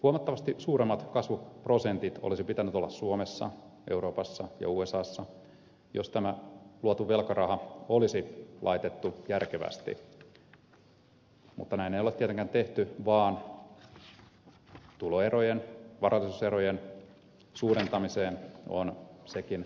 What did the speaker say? huomattavasti suuremmat kasvuprosentit olisi pitänyt olla suomessa euroopassa ja usassa jos tämä luotu velkaraha olisi laitettu järkevästi mutta näin ei ole tietenkään tehty vaan tuloerojen varallisuuserojen suurentamiseen on sekin raha työnnetty